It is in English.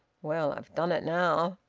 well, i've done it now!